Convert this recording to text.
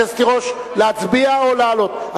חברת הכנסת תירוש, להצביע או לעלות?